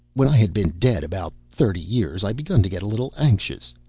when i had been dead about thirty years i begun to get a little anxious.